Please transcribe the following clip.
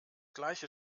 gleiche